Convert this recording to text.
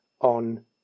on